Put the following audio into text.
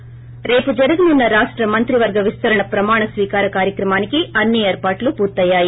శి రేపు జరగనున్న రాష్ట మంత్రివర్గ విస్తరణ ప్రమాణ స్వీకార కార్యక్రమానికి అన్ని ఏర్పాట్లు పూర్తయ్యాయి